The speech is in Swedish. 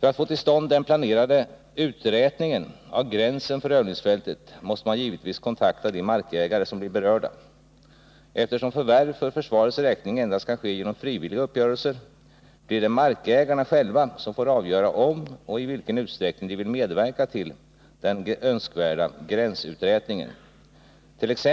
För att få till stånd den planerade uträtningen av gränsen för övningsfältet måste man givetvis kontakta de markägare som blir berörda. Eftersom förvärv för försvarets räkning endast kan ske genom frivilliga uppgörelser, blir det markägarna själva som får avgöra om och i vilken utsträckning de vill medverka till den önskvärda gränsuträtningen, t.ex.